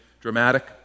dramatic